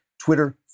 Twitter